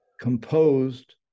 composed